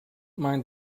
mind